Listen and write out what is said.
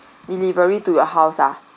delivery to your house ah